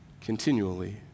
continually